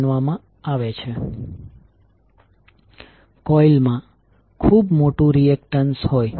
mutual voltage positive Mdi1dt હશે